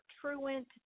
truant